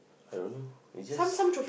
I don't know is just